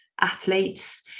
athletes